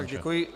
Děkuji.